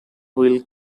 will